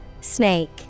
Snake